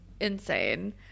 insane